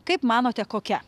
kaip manote kokia